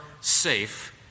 safe